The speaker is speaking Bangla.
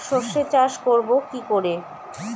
সর্ষে চাষ করব কি করে?